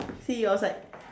see you outside